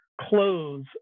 clothes